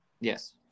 Yes